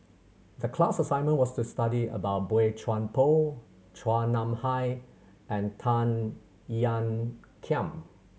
the class assignment was to study about Boey Chuan Poh Chua Nam Hai and Tan Ean Kiam